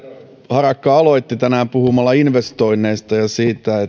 harakka aloitti tänään puhumalla investoinneista ja siitä